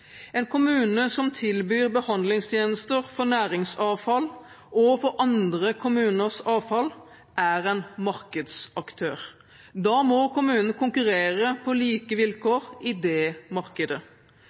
En kommune som tilbyr behandlingstjenester for næringsavfall og for andre kommuners avfall, er en markedsaktør. Da må kommunen konkurrere på like vilkår i det markedet.